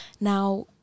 Now